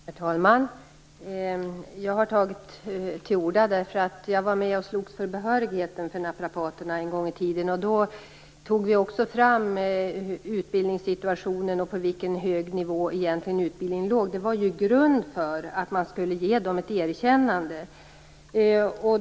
Herr talman! Jag tar till orda därför att jag var med och slogs för behörigheten för naprapaterna en gång i tiden. Då tog vi fram information om utbildningssituationen och pekade på vilken hög nivå utbildningen egentligen låg på. Det låg ju till grund för att man skulle ge dem ett erkännande.